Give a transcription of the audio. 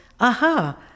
aha